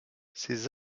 ses